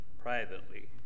privately